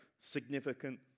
significant